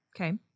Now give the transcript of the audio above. okay